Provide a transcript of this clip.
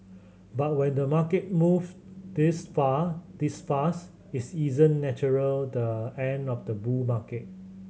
but when the market moves this far this fast is isn't natural the end of the bull market